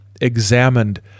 examined